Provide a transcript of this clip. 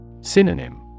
Synonym